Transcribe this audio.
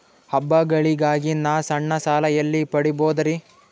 ಹಬ್ಬಗಳಿಗಾಗಿ ನಾ ಸಣ್ಣ ಸಾಲ ಎಲ್ಲಿ ಪಡಿಬೋದರಿ?